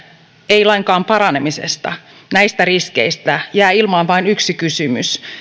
ei lainkaan paranemisesta näistä riskeistä jää ilmaan vain yksi kysymys